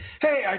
hey